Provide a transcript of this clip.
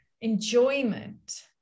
enjoyment